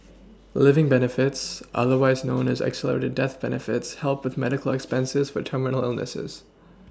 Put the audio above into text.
living benefits otherwise known as accelerated death benefits help with medical expenses for terminal illnesses